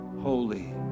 holy